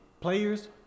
players